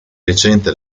recente